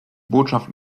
botschaft